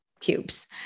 cubes